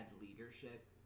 leadership